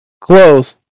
Close